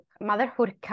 motherhood